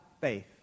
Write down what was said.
faith